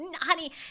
honey